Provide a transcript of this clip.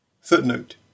Footnote